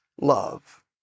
love